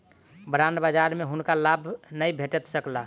bond बजार में हुनका लाभ नै भेट सकल